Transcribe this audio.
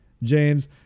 James